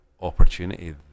opportunity